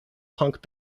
punk